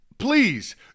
Please